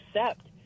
accept